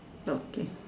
not game